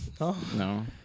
No